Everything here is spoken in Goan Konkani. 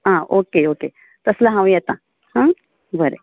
आं ओके ओके तसलें हांव येता हां बरें